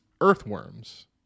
earthworms